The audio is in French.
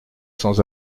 sans